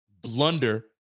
blunder